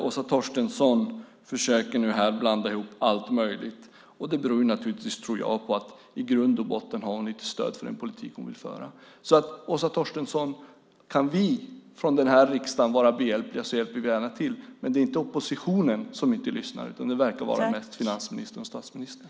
Åsa Torstensson försöker blanda ihop allt möjligt, vilket jag tror beror på att hon i grund och botten inte har stöd för den politik hon vill föra. Om vi från denna riksdag kan vara behjälpliga, Åsa Torstensson, ställer vi gärna upp, men det är inte oppositionen som inte lyssnar utan det verkar mest vara finansministern och statsministern.